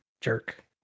jerk